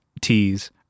tees